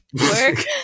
Work